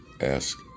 ask